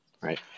Right